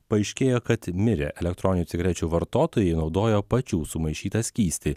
paaiškėjo kad mirę elektroninių cigarečių vartotojai naudojo pačių sumaišytą skystį